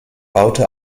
baute